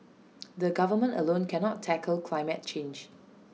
the government alone cannot tackle climate change